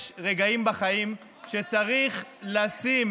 יש רגעים בחיים שצריך לשים